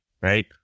right